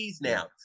now